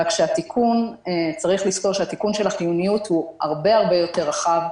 רק שצריך לזכור שהתיקון של החיוניות הוא הרבה-הרבה יותר רחב.